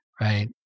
right